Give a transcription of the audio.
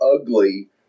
ugly